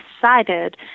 decided